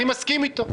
אני מסכים איתו.